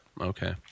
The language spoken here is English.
Okay